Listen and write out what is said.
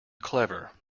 clever